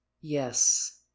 Yes